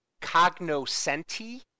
cognoscenti